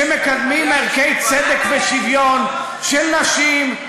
שמקדמות ערכי צדק ושוויון של נשים,